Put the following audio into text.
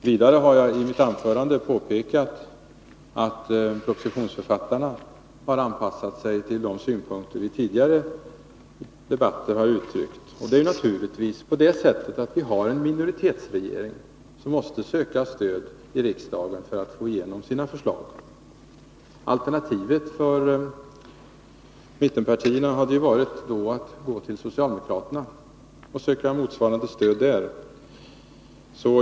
Vidare har jag i mitt anförande pekat på att propositionsförfattarna har anpassat sig till de synpunkter vi i tidigare debatter har uttryckt. Naturligtvis har detta att göra med att vi har en minoritetsregering som måste söka stöd i riksdagen för att få igenom sina förslag. Alternativet för mittenpartierna hade ju varit att gå till socialdemokraterna och söka motsvarande stöd hos dem.